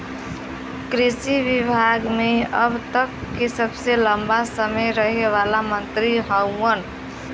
कृषि विभाग मे अब तक के सबसे लंबा समय रहे वाला मंत्री हउवन